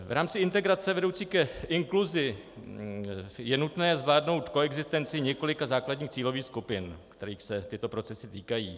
V rámci integrace vedoucí k inkluzi je nutné zvládnout koexistenci několika základních cílových skupin, kterých se tyto procesy týkají.